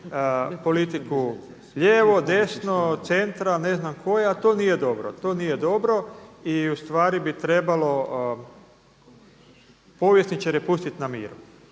politiku lijevo, desno, centra, ne znam koje a to nije dobro. To nije dobro i ustvari bi trebalo povjesničare pustiti na miru.